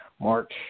March